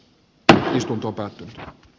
tänään istuntopa